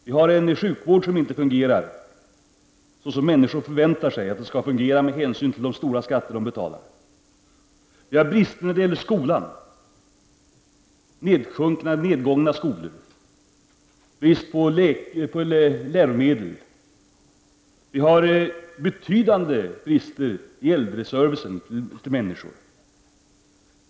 Vi har en sjukvård som inte fungerar så som människor förväntar sig att att den skall fungera med hänsyn till de stora skatter de betalar. Vi har brister på skolans område: nedgångna skolor och brist på läromedel. Vi har betydande brister i äldreservicen.